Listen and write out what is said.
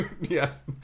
Yes